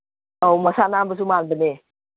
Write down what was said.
ꯑꯧ ꯃꯁꯥ ꯅꯥꯟꯕꯁꯨ ꯃꯥꯟꯕꯅꯦ